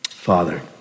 Father